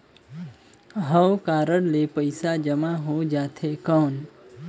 हव कारड ले पइसा जमा हो जाथे कौन?